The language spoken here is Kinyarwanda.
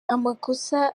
amakosa